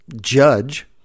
judge